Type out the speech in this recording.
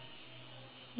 your umbrella leh